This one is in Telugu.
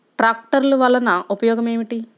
ట్రాక్టర్లు వల్లన ఉపయోగం ఏమిటీ?